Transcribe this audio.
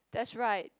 that's right